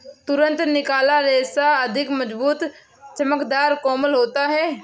तुरंत निकाला रेशा अधिक मज़बूत, चमकदर, कोमल होता है